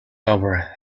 over